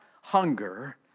hunger